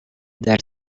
dar